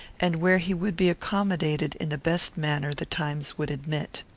and where he would be accommodated in the best manner the times would admit.